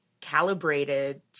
calibrated